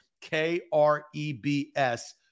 K-R-E-B-S